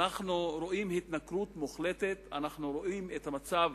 אנחנו רואים התנכרות מוחלטת, אנחנו רואים את המצב